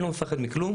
אני לא מפחד מכלום